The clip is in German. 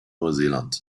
neuseeland